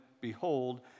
behold